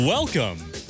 Welcome